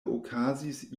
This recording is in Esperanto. okazis